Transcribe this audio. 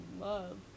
love